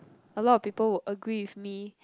a lot of people would agree with me